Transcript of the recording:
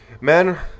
Men